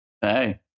Hey